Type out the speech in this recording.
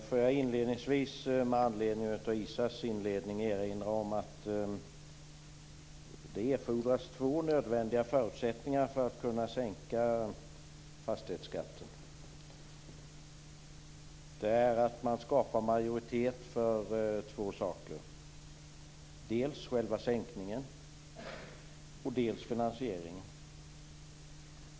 Herr talman! Jag vill först med anledning av Isa Halvarssons inledning erinra om att det erfordras två förutsättningar för att man skall kunna sänka fastighetsskatten. Det måste skapas majoritet för två saker, dels för själva sänkningen, dels för finansieringen.